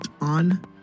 on